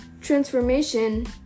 transformation